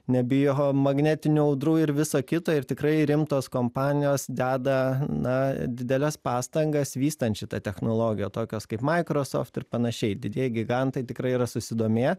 nebijo magnetinių audrų ir viso kito ir tikrai rimtos kompanijos deda na dideles pastangas vystant šitą technologiją tokios kaip microsoft ir panašiai didieji gigantai tikrai yra susidomėję